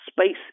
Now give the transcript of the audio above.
space